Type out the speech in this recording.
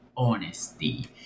Honesty